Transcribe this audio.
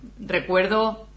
Recuerdo